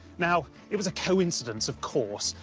now, it was a coincidence, of course,